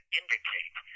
indicate